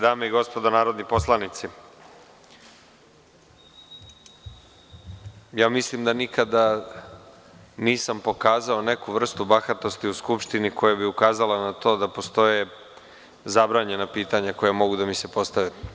Dame i gospodo narodni poslanici, mislim da nikada nisam pokazao neku vrstu bahatosti u Skupštini koja bi ukazala na to da postoje zabranjena pitanja koja mogu da mi se postave.